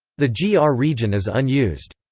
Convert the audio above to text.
the yeah ah gr region is unused.